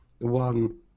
one